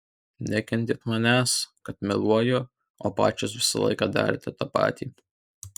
nekentėt manęs kad meluoju o pačios visą laiką darėte tą patį